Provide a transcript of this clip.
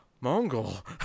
mongol